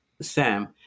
Sam